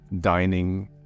dining